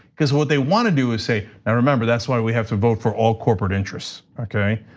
cuz what they wanna do is say, now remember, that's why we have to vote for all corporate interests, okay?